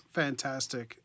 fantastic